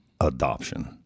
adoption